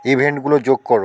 ইভেন্টগুলো যোগ করো